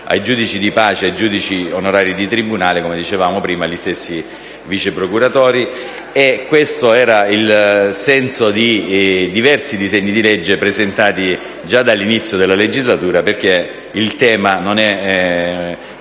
ai giudici di pace, ai giudici onorari di tribunale e agli stessi vice procuratori. Questo era il senso di diversi disegni di legge presentati già dall'inizio della legislatura, perché il tema non è